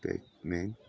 pac man